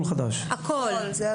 ו'.